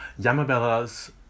Yamabella's